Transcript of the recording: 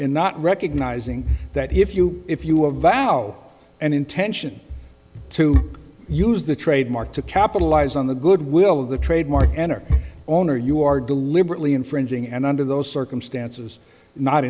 in not recognizing that if you if you are valid and intention to use the trademark to capitalize on the good will of the trademark enter owner you are deliberately infringing and under those circumstances not